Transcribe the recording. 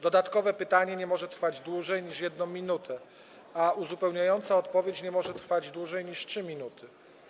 Dodatkowe pytanie nie może trwać dłużej niż 1 minutę, a uzupełniająca odpowiedź nie może trwać dłużej niż 3 minuty.